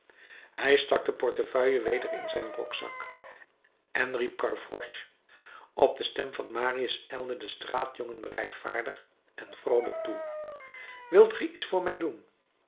hij stak de portefeuille weder in zijn rokzak en riep gavroche op de stem van marius ijlde de straatjongen bereidvaardig en vroolijk toe wilt ge iets voor mij doen